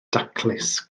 daclus